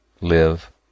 live